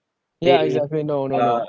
yeah exactly know know know